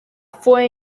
fue